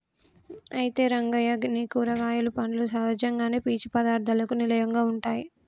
అయితే రంగయ్య నీ కూరగాయలు పండ్లు సహజంగానే పీచు పదార్థాలకు నిలయంగా ఉంటాయి